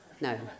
no